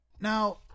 Now